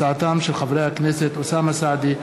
הצעתם של חברי הכנסת אוסאמה סעדי,